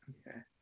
Okay